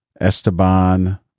Esteban